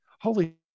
holy